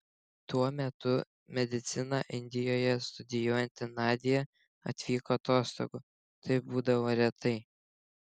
tuo metu mediciną indijoje studijuojanti nadia atvyko atostogų tai būdavo retai